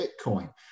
Bitcoin